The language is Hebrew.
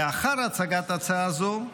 לאחר הצגת הצעה זו,